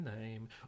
name